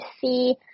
see